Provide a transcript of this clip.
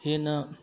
ꯍꯦꯟꯅ